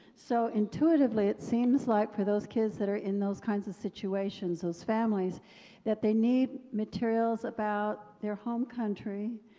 so, intuitively, it seems like for those kids that are in those kinds of situations as families that they need materials about their home country.